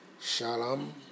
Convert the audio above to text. shalom